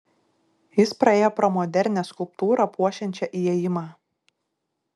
jis praėjo pro modernią skulptūrą puošiančią įėjimą